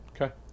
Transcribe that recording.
Okay